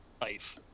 life